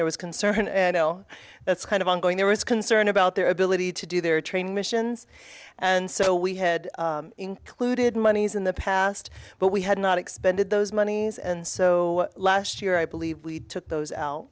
there was concern and i know that's kind of ongoing there was concern about their ability to do their training missions and so we had included monies in the past but we had not expended those monies and so last year i believe we took those o